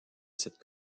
cette